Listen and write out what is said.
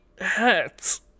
hurts